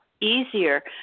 easier